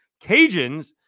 Cajuns